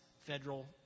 federal